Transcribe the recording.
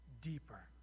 deeper